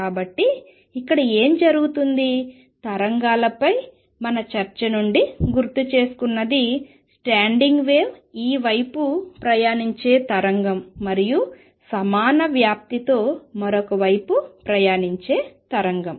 కాబట్టి ఇక్కడ ఏమి జరుగుతుంది తరంగాలపై మా చర్చ నుండి గుర్తుచేసుకున్నది స్టాండింగ్ వేవ్ ఈ వైపు ప్రయాణించే తరంగం మరియు సమాన వ్యాప్తి ఆంప్లిట్యూడ్తో మరొక వైపు ప్రయాణించే తరంగం